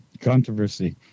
Controversy